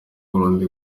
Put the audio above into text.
kurundi